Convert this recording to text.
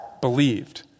believed